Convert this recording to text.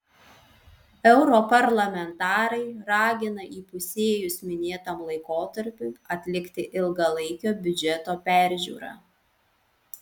europarlamentarai ragina įpusėjus minėtam laikotarpiui atlikti ilgalaikio biudžeto peržiūrą